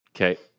okay